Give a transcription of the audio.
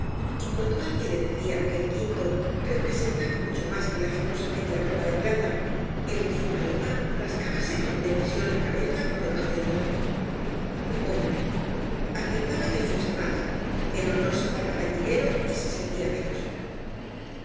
y cuando alguien le decia que el quinto representaba mucho más que la famosa medía arroba de plata el tio paloma rascábase con indecisión la cabeza por debajo del gorro bueno aceptaba que fuese más pero no se pagaba en dinero y se sentia menos